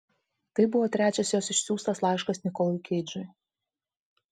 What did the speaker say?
tai buvo trečias jos išsiųstas laiškas nikolui keidžui